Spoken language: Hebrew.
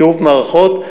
טירוף מערכות.